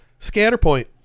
Scatterpoint